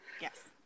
Yes